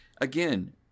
Again